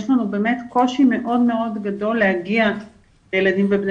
יש לנו באמת קושי מאוד גדול להגיע לילדים ובני